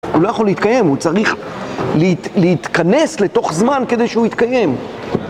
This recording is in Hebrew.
הוא לא יכול להתקיים, הוא צריך להתכנס לתוך זמן כדי שהוא יתקיים